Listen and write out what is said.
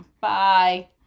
Bye